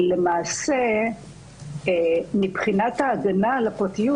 שלמעשה מבחינת ההגנה על הפרטיות,